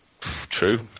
True